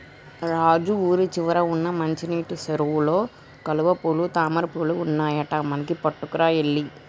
రాజు ఊరి చివర వున్న మంచినీటి సెరువులో కలువపూలు తామరపువులు ఉన్నాయట మనకి పట్టుకురా ఎల్లి